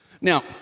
Now